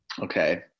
Okay